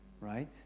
right